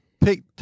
pick